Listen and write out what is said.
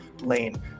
lane